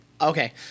okay